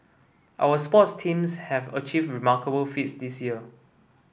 our sports teams have achieved remarkable feats this year